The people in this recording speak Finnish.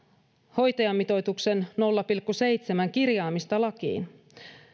hoitajamitoituksen nolla pilkku seitsemän kirjaamista lakiin